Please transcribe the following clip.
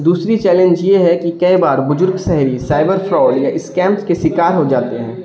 دوسری چیلنج یہ ہے کہ کئی بار بزرگ شہری سائبر فراڈ یا اسکیم کے شکار ہو جاتے ہیں